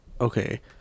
Okay